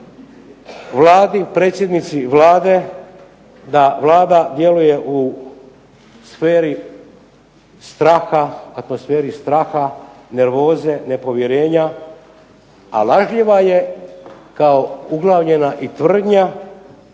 Vladi, predsjednici Vlade da Vlada djeluje u sferi straha, atmosferi straha, nervoze, nepovjerenja, a lažljiva je kao uglavljena i tvrdnja